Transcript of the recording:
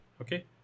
Okay